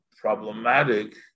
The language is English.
problematic